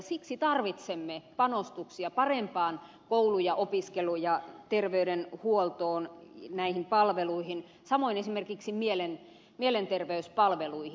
siksi tarvitsemme panostuksia parempiin koulu opiskelu ja terveydenhuollon palveluihin samoin esimerkiksi mielenterveyspalveluihin